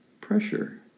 pressure